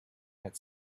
had